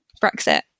Brexit